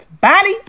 body